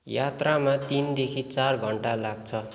यात्रामा तिनदेखि चार घन्टा लाग्छ